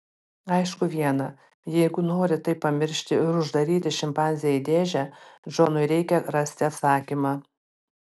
aišku viena jeigu nori tai pamiršti ir uždaryti šimpanzę į dėžę džonui reikia rasti atsakymą